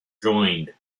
joined